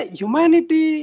humanity